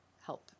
help